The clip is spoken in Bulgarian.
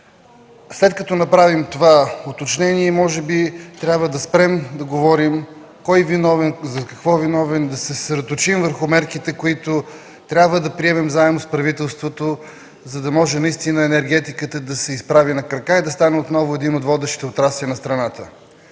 След като направим това уточнение, може би трябва да спрем да говорим кой е виновен, за какво е виновен и да се съсредоточим върху мерките, които трябва да приемем заедно с правителството, за да може наистина енергетиката да се изправи на крака и да стане отново един от водещите отрасли на страната.